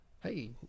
hey